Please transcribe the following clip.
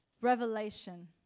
revelation